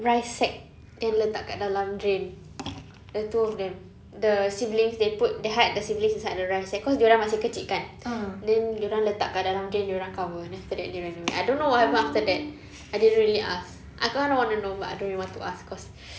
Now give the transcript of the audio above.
rice sack then letak kat dalam drain then two of them the siblings they put they hide the siblings inside the rice sack cause dia orang masih kecil kan then dia orang letak kat dalam drain dia orang cover then after that they ran away I don't know what happened after that I didn't really ask I kinda wanna know but I don't really want to ask cause